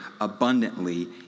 abundantly